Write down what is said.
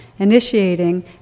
initiating